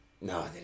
No